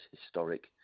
historic